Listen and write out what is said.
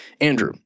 Andrew